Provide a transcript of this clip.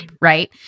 right